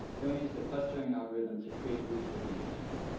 then we used a clustering algorithm to create groups of these tunes.